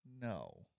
No